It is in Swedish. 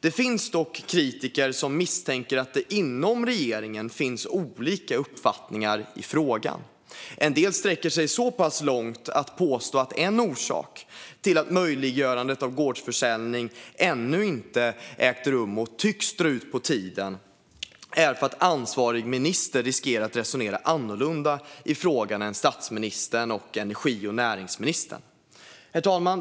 Det finns dock kritiker som misstänker att det inom regeringen finns olika uppfattningar i frågan. En del sträcker sig så långt som att påstå att en orsak till att möjliggörandet av gårdsförsäljning ännu inte har ägt rum och tycks dra ut på tiden är risken att ansvarig minister resonerar annorlunda i frågan än statsministern och energi och näringsministern. Herr talman!